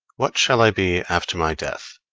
what shall i be after my death?